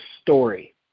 story